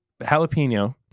jalapeno